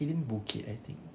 hidden bukit I think